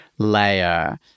Layer